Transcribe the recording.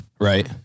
Right